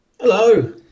Hello